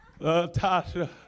tasha